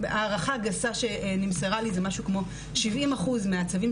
הערכה גסה שנמסרה לי זה משהו כמו 70 אחוזים,